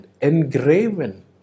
engraven